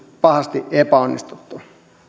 pahasti epäonnistuttu